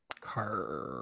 Car